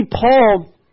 Paul